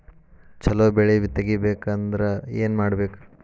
ಛಲೋ ಬೆಳಿ ತೆಗೇಬೇಕ ಅಂದ್ರ ಏನು ಮಾಡ್ಬೇಕ್?